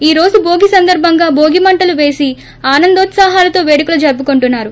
ఈ రోజు భోగి సందర్బంగా భోగి మంటలు వేసి ఆనందోత్సాహలతో పేడుకలు జరుపుకోంటున్నారు